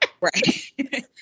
Right